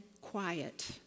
quiet